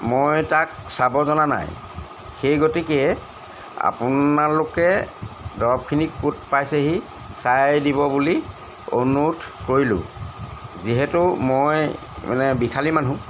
মই তাক চাব জনা নাই সেই গতিকে আপোনালোকে দৰৱখিনিক'ত পাইছেহি চাই দিব বুলি অনুৰোধ কৰিলোঁ যিহেতু মই মানে বিষালী মানুহ